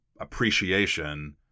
appreciation